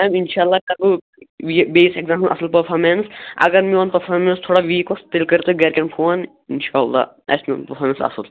میٚم اِنشاء اَللّہ کَرو یہِ بیٚیِس ایٚکزام اَصٕل پٔرفارمیٚنٕس اگر میٛون پٔرفارمیٚنٕس تھوڑا ویٖک اوس تیٚلہِ کٔرِو تُہۍ گَرِکیٚن فون اِنشاء اللّہ آسہِ میٛون پٔرفارمیٚنٕس اَصٕل